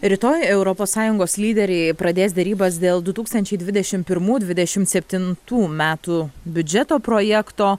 rytoj europos sąjungos lyderiai pradės derybas dėl du tūkstančiai dvidešimt pirmų dvidešimt septintų metų biudžeto projekto